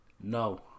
no